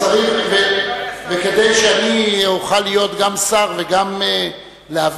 כדי שאני אוכל להיות גם שר וגם להבין